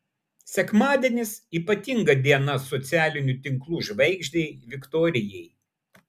sekmadienis ypatinga diena socialinių tinklų žvaigždei viktorijai